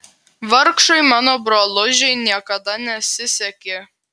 vargšui mano brolužiui niekada nesisekė